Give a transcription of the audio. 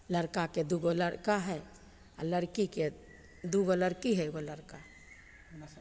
लड़काके दुइगो लड़का हइ आओर लड़कीके दुइगो लड़की हइ एगो लड़का हइ